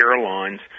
airlines